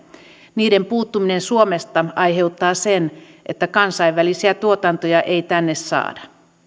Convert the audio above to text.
niiden puuttuminen suomesta aiheuttaa sen että kansainvälisiä tuotantoja ei tänne saada